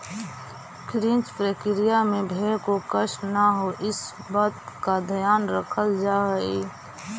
crutching प्रक्रिया में भेंड़ को कष्ट न हो, इस बात का ध्यान रखल जा हई